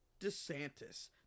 DeSantis